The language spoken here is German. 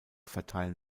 verteilen